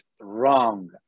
wrong